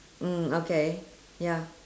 mm okay ya